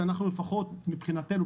שלפחות מבחינתנו,